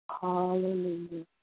Hallelujah